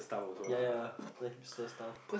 ya ya like hipster stuff